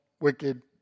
wicked